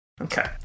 Okay